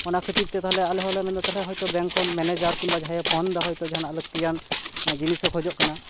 ᱚᱱᱟ ᱠᱷᱟᱹᱛᱤᱨ ᱛᱮ ᱛᱟᱦᱚᱞᱮ ᱟᱞᱮ ᱦᱚᱸᱞᱮ ᱢᱮᱱ ᱮᱫᱟ ᱛᱟᱦᱚᱞᱮ ᱦᱳᱭᱛᱳ ᱵᱮᱝᱠ ᱠᱷᱚᱱ ᱢᱮᱱᱮᱡᱟᱨ ᱠᱤᱢᱵᱟ ᱡᱟᱦᱟᱭᱮ ᱯᱷᱳᱱ ᱮᱫᱟ ᱦᱳᱭᱛᱳ ᱡᱟᱦᱟᱱᱟᱜ ᱞᱟᱹᱠᱛᱤᱭᱟᱱ ᱡᱤᱱᱤᱥᱮ ᱠᱷᱚᱡᱚᱜ ᱠᱟᱱᱟ